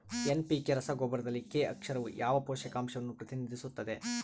NPK ರಸಗೊಬ್ಬರದಲ್ಲಿ K ಅಕ್ಷರವು ಯಾವ ಪೋಷಕಾಂಶವನ್ನು ಪ್ರತಿನಿಧಿಸುತ್ತದೆ?